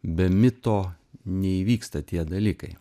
be mito neįvyksta tie dalykai